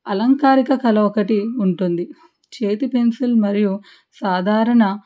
అలంకారక కళ ఒకటుంటుంది చేతి పెన్సిల్ మరియు సాధారణ